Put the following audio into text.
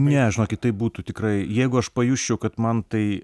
ne žinokit tai būtų tikrai jeigu aš pajusčiau kad man tai